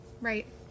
Right